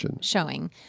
showing